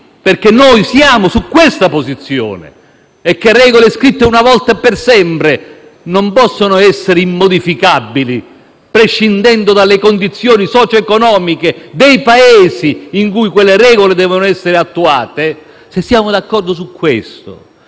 - noi siamo su questa posizione - e sul fatto che regole scritte una volta e per sempre non possono essere immodificabili, prescindendo dalle condizioni socio-economiche dei Paesi in cui quelle stesse regole devono essere attuate e se vogliamo avere